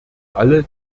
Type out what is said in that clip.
alle